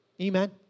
Amen